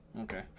Okay